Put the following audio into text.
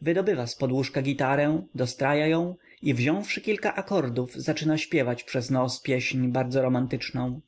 wydobywa zpod łóżka gitarę dostraja ją i wziąwszy kilka akordów zaczyna śpiewać przez nos pieśń bardzo romantyczną